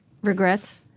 Regrets